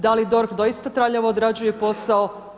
Da li DORH doista traljavo odrađuje posao?